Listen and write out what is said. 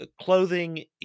clothing